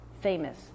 famous